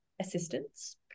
assistance